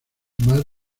más